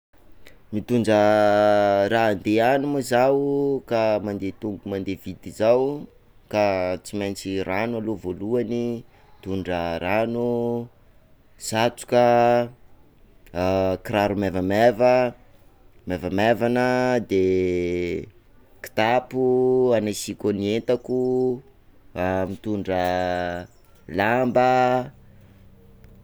Mitondra, raha ande any moa zaho ka mande tongo- mande vity zao, ka tsy maintsy rano aloha voalohany, mitondra rano satroka, kiraro maivamaiva, maivamaivana de kitapo anasiko ny entako, mitondra lamba.